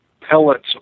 pellets